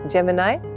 Gemini